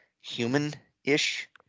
human-ish